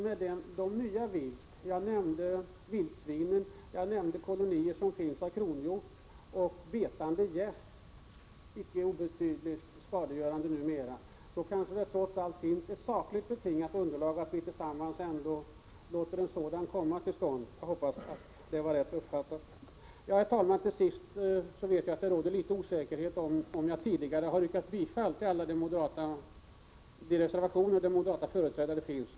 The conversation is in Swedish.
Med tanke på vildsvin, kolonier av kronhjort som finns och betande gäss — en icke obetydlig skadegörare numera — som jag nämnde kanske det finns sakligt betingat underlag för att vi tillsammans försöker få en översyn till stånd. Jag hoppas att det var rätt uppfattat. Herr talman! Till sist: Jag är litet osäker på om jag har yrkat bifall till alla de reservationer där moderata företrädare finns.